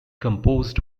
composed